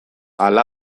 ala